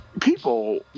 people